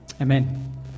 Amen